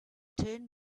turn